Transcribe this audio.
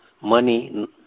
money